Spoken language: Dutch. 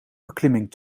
beklimming